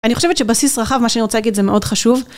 אני חושבת שבסיס רחב, מה שאני רוצה להגיד זה מאוד חשוב.